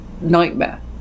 nightmare